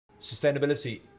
sustainability